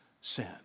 sin